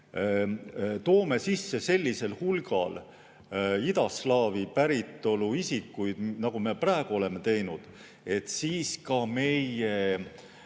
toome sisse sellisel hulgal idaslaavi päritolu isikuid, nagu me praegu oleme teinud – see